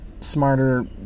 smarter